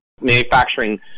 manufacturing